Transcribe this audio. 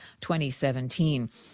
2017